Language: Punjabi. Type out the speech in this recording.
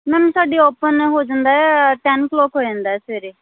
ਮੈਮ ਸਾਡੀ ਓਪਨ ਹੋ ਜਾਂਦਾ ਟੈੱਨ ਕਲੋਕ ਹੋ ਜਾਂਦਾ ਸਵੇਰੇ